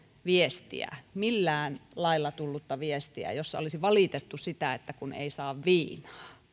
viestiä millään lailla tullutta viestiä jossa olisi valitettu sitä että kun ei saa viinaa